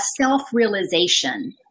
self-realization